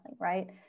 right